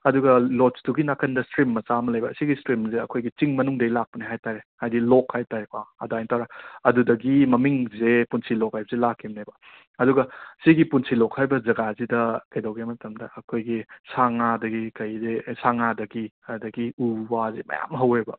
ꯑꯗꯨꯒ ꯂꯣꯗꯖꯇꯨꯒꯤ ꯅꯥꯀꯟꯗ ꯁ꯭ꯇ꯭ꯔꯤꯝ ꯃꯆꯥ ꯑꯃ ꯂꯩꯌꯦꯕ ꯁꯤꯒꯤ ꯁ꯭ꯇ꯭ꯔꯤꯝꯁꯦ ꯑꯩꯈꯣꯏꯒꯤ ꯆꯤꯡ ꯃꯅꯨꯡꯗꯒꯤ ꯂꯥꯛꯄꯅꯦ ꯍꯥꯏꯇꯥꯔꯦ ꯍꯥꯏꯕꯗꯤ ꯂꯣꯛ ꯍꯥꯏꯇꯥꯔꯦꯀꯣ ꯑꯗꯥꯏꯇꯧꯔꯒ ꯑꯗꯨꯗꯒꯤ ꯃꯃꯤꯡꯖꯦ ꯄꯨꯟꯁꯤꯂꯣꯛ ꯍꯥꯏꯕꯁꯦ ꯂꯥꯛꯈꯤꯕꯅꯦꯕ ꯑꯗꯨꯒ ꯁꯤꯒꯤ ꯄꯨꯟꯁꯤꯂꯣꯛ ꯍꯥꯏꯔꯤꯕ ꯖꯒꯥꯁꯤꯗ ꯀꯩꯗꯧꯒꯦ ꯍꯥꯏꯕ ꯃꯇꯝꯗ ꯑꯩꯈꯣꯏꯒꯤ ꯁꯥ ꯉꯥꯗꯒꯤ ꯀꯩꯗꯒꯤ ꯁꯥ ꯉꯥꯗꯒꯤ ꯑꯗꯒꯤ ꯎ ꯋꯥꯁꯦ ꯃꯌꯥꯝꯃ ꯍꯧꯋꯦꯕ